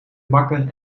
bakker